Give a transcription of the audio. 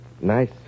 Nice